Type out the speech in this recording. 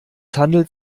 handelt